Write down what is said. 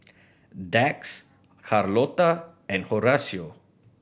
Dax Carlotta and Horacio